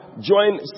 Join